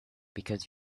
because